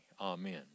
amen